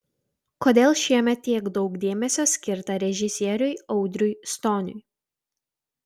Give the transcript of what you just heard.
kodėl šiemet tiek daug dėmesio skirta režisieriui audriui stoniui